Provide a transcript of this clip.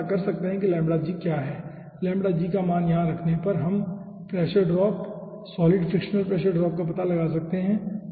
हम पता कर सकते है कि लैम्ब्डा g क्या है लैम्ब्डा g का मान यहाँ रखने पर हम solid pressure drop solid frictional pressure drop का पता लगा सकते हैं